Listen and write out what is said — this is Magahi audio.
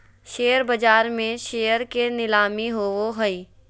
शेयर बाज़ार में शेयर के नीलामी होबो हइ